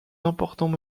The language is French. importants